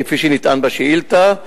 כפי שנטען בשאילתא,